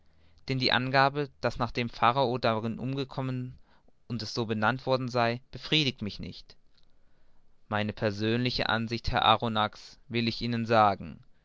denn die angabe daß nachdem pharao darin umgekommen es so benannt worden sei befriedigt mich nicht meine persönliche ansicht herr arronax will ich ihnen sagen